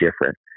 different